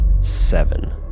Seven